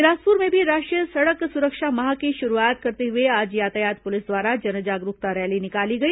बिलासपुर में भी राष्ट्रीय सड़क सुरक्षा माह की शुरूआत करते हुए आज यातायात पुलिस द्वारा जागरूकता रैली निकाली गई